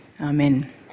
Amen